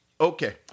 Okay